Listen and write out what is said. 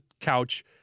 couch